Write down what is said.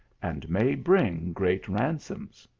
and may bring great ransoms.